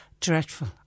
dreadful